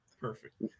Perfect